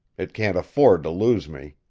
it can't afford to lose me.